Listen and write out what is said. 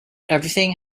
everything